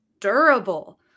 durable